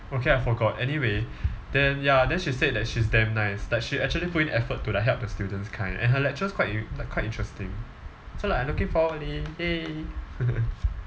okay I forgot anyway then ya then she said that she's damn nice like she actually put in effort to like help the students kind and her lectures quite in~ like quite interesting so like I'm looking forward already !yay!